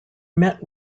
met